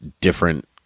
different